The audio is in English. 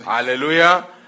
Hallelujah